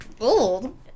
old